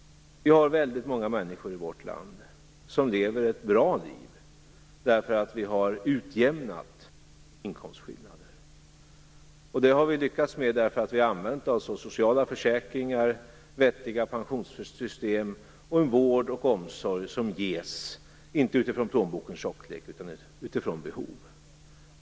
Det är väldigt många människor i vårt land som lever ett bra liv, därför att vi har utjämnat inkomstskillnader. Det har vi lyckats med därför att vi har använt oss av sociala försäkringar, vettiga pensionssystem och en vård och omsorg som ges inte utifrån plånbokens tjocklek utan utifrån behov.